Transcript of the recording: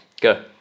Go